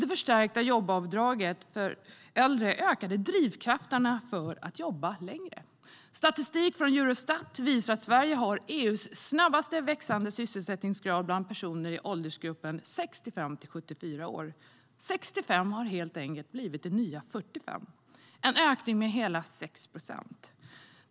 Det förstärkta jobbskatteavdraget för äldre ökade drivkrafterna för att jobba längre. Statistik från Eurostat visar att Sverige har EU:s snabbast växande sysselsättningsgrad bland personer i åldersgruppen 65-74 år. 65 har helt enkelt blivit det nya 45. Ökningen är hela 6 procent.